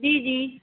جی جی